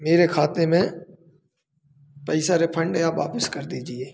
मेरे खाते में पैसा रिफंड या वापिस कर दीजिए